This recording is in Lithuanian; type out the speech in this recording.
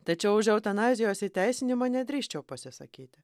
tačiau už eutanazijos įteisinimą nedrįsčiau pasisakyti